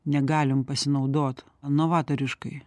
negalim pasinaudot novatoriškai